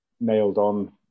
nailed-on